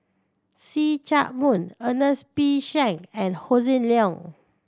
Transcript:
See Chak Mun Ernest P Shank and Hossan Leong